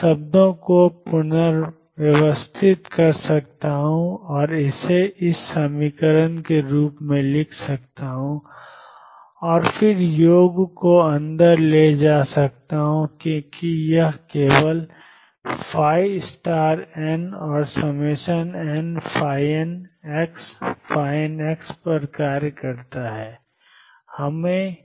मैं शब्दों को पुनर्व्यवस्थित कर सकता हूं और इसे ∞dxfx के रूप में लिख सकता हूं और फिर योग को अंदर ले जा सकता हूं क्योंकि यह केवल n और nnxnपर कार्य करता है